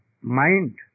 mind